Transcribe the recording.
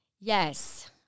Yes